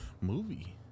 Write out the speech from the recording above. movie